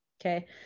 Okay